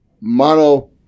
Mono